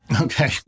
Okay